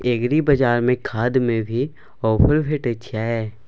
एग्रीबाजार में खाद में भी ऑफर भेटय छैय?